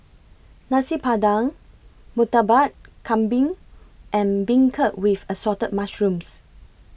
Nasi Padang Murtabak Kambing and Beancurd with Assorted Mushrooms